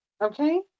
Okay